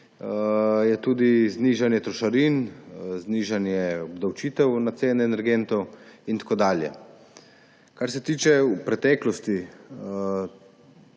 je tudi znižanje trošarin, znižanje obdavčitev na cene energentov in tako dalje. Kar se tiče preteklosti